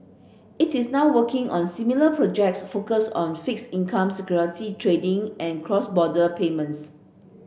it is now working on similar projects focused on fixed income security trading and cross border payments